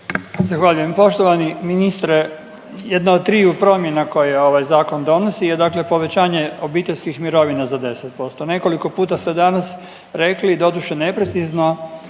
Zahvaljujem. Poštovani ministre, jedna od triju promjena koje ovaj zakon donosi je dakle povećanje obiteljskih mirovina za 10%. nekoliko puta ste danas rekli doduše neprecizno